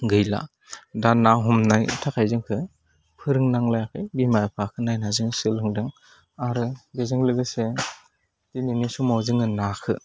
गैला दा ना हमनाय थाखाय जोंखौ फोरोंनांलायाखै बिमा बिफाखौ नायना जों सोलोंदों आरो बेजों लोगोसे दिनैनि समाव जोङो नाखौ